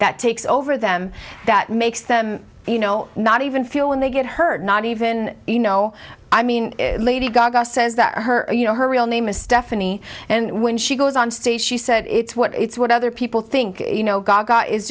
that takes over them that makes them you know not even feel when they get hurt not even you know i mean lady gaga says that her you know her real name is stephanie and when she goes on stage she said it's what it's what other people think you know